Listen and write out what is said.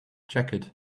jacket